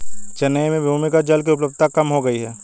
चेन्नई में भी भूमिगत जल की उपलब्धता कम हो गई है